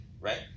right